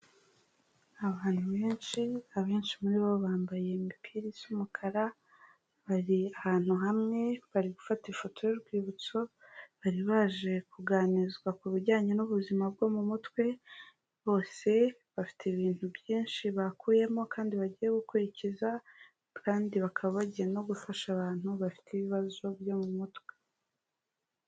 Abantu benshi, abenshi muri bo bambaye imipira isa umukara, bari ahantu hamwe, bari gufata ifoto y'urwibutso, bari baje kuganirizwa ku bijyanye n'ubuzima bwo mu mutwe, bose bafite ibintu byinshi bakuyemo kandi bagiye gukurikiza, kandi bakaba bagiye no gufasha abantu bafite ibibazo byo mu mutwe.